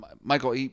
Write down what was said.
Michael